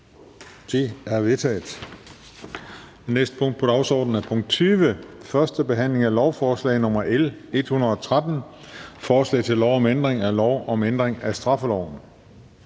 næste punkt på dagsordenen er: 20) 1. behandling af lovforslag nr. L 113: Forslag til lov om ændring af lov om ændring af straffeloven.